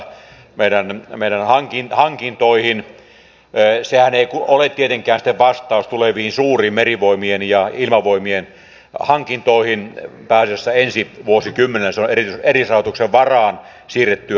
sehän ei ole tietenkään sitten vastaus pääasiassa ensi vuosikymmenellä tuleviin suuriin merivoimien ja ilmavoimien hankintoihin ne ovat erillisrahoituksen varaan siirrettyä asiaa